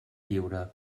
lliure